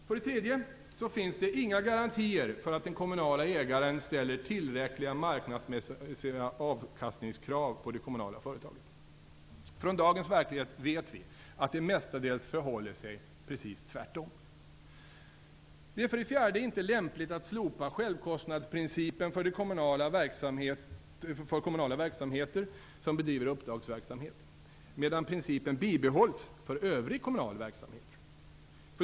För det tredje finns det inga garantier för att den kommunala ägaren ställer tillräckliga marknadsmässiga avkastningskrav på det kommunala företaget. Från dagens verklighet vet vi att det mestadels förhåller sig precis tvärtom. För det fjärde är det inte lämpligt att slopa självkostnadsprincipen för kommunala verksamheter som bedriver uppdragsverksamhet medan principen bibehålls för övrig kommunal verksamhet.